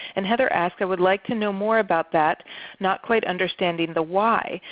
and heather asks, i would like to know more about that not quite understanding the why.